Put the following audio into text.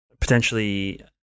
potentially